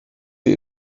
die